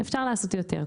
אפשר לעשות יותר.